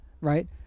Right